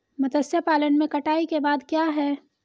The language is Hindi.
मत्स्य पालन में कटाई के बाद क्या है?